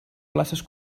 places